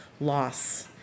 loss